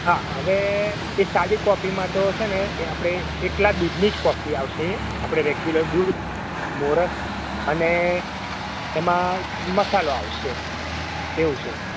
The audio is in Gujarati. હા અવે એ સાદી કોપીમાં તો છે ને આપડે એકલા દૂધની જ કોફી આવશે આપડે રેગ્યુલર દૂધ મોરસ અને એમાં મસાલો આવશે એવું છે